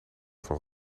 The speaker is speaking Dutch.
van